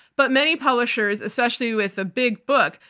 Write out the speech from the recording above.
but many publishers, especially with a big book,